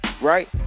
right